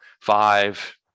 five